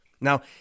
Now